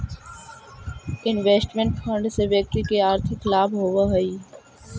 investment fund से व्यक्ति के आर्थिक लाभ होवऽ हई